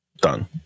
done